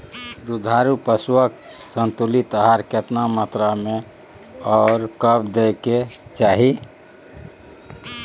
दुधारू पशुओं के संतुलित आहार केतना मात्रा में आर कब दैय के चाही?